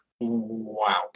Wow